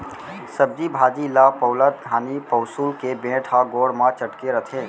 सब्जी भाजी ल पउलत घानी पउंसुल के बेंट ह गोड़ म चटके रथे